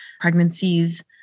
pregnancies